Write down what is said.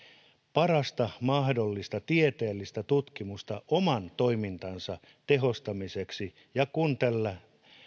parasta mahdollista tieteellistä tutkimusta oman toimintansa tehostamiseksi ja kun